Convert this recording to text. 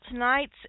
Tonight's